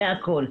מהכל,